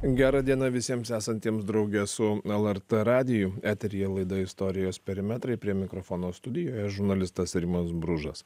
gera diena visiems esantiems drauge su lrt radiju eteryje laida istorijos perimetrai prie mikrofono studijoje žurnalistas rimas bružas